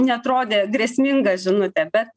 neatrodė grėsminga žinutė bet